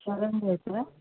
సరే అండి అయితే